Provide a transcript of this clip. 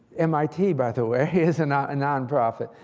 mit, by the way, is and a nonprofit.